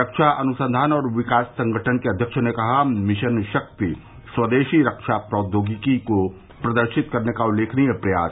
रक्षा अनुसंधान और विकास संगठन के अव्यक्ष ने कहा मिशन शक्ति स्वदेशी रक्षा प्रौद्योगिकी को प्रदर्शित करने का उल्लेखनीय प्रयास